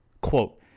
quote